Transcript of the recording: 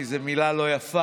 כי זו מילה לא יפה,